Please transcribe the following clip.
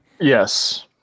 Yes